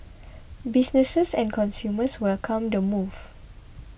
businesses and consumers welcomed the move